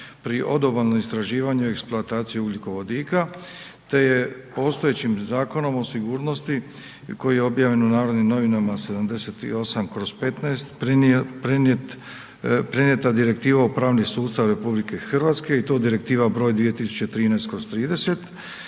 pri odobalno istraživanje i eksploataciji ugljikovodika, te je postojećim Zakonom o sigurnosti koji je objavljen u Narodnim novinama 78/15 prinijet, prinijeta Direktiva u pravni sustav RH i to Direktiva br. 2013/30,